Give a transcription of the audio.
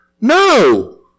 No